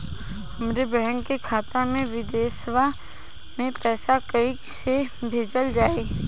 हमरे बहन के खाता मे विदेशवा मे पैसा कई से भेजल जाई?